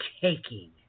taking